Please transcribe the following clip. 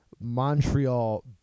Montreal